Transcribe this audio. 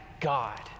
God